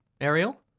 Ariel